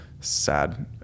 sad